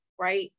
right